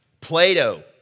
Plato